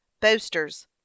boasters